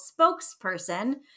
spokesperson